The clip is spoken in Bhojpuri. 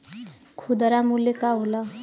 खुदरा मूल्य का होला?